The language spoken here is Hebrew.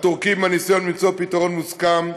הטורקים מהניסיון למצוא פתרון מוסכם,